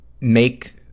make